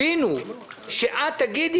אנחנו מדברים היום אם זה יהיה